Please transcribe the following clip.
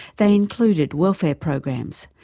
they included welfare programs,